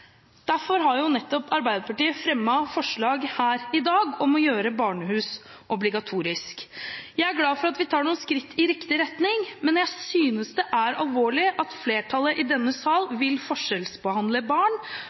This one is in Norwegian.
Derfor har Arbeiderpartiet fremmet forslag her i dag om å gjøre barnehus obligatorisk. Jeg er glad for at vi tar noen skritt i riktig retning, men jeg synes det er alvorlig at flertallet i denne sal vil forskjellsbehandle barn,